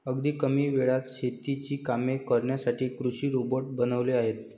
अगदी कमी वेळात शेतीची कामे करण्यासाठी कृषी रोबोट बनवले आहेत